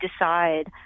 decide